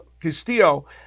Castillo